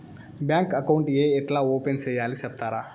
Bank account ఏ ఎట్లా open సేయాలి సెప్తారా?